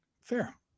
Fair